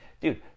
dude